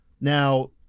Now